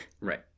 Right